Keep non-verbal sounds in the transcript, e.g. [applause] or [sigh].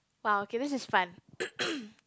!wow! okay this is fun [noise]